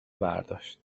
برداشت